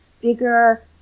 bigger